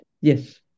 Yes